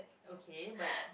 okay but